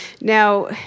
Now